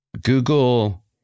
Google